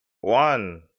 one